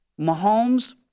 Mahomes –